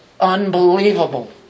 unbelievable